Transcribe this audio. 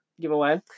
giveaway